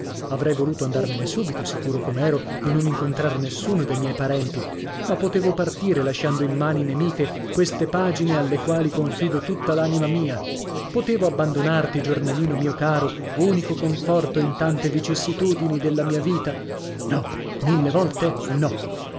avrei voluto andarmene subito sicuro com'ero di non incontrar nessuno de miei parenti ma potevo partire lasciando in mani nemiche queste pagine alle quali confido tutta l'anima mia potevo abbandonarti giornalino mio caro unico conforto in tante vicissitudini della mia vita no mille volte no